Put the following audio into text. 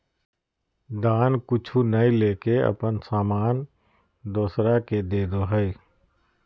दान कुछु नय लेके अपन सामान दोसरा के देदो हइ